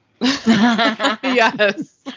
Yes